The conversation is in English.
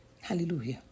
Hallelujah